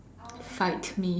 fight me